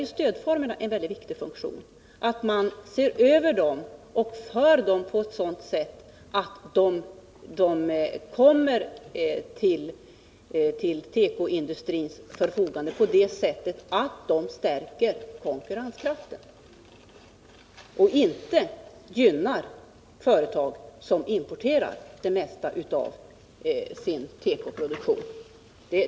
Men stödformerna har en mycket viktig funktion, och de bör ses över på ett sådant sätt att de kommer att stå till industrins förfogande. Stödåtgärderna bör syfta till att stärka konkurrenskraften och skall inte gynna företag som importerar det mesta av sin tekoproduktion.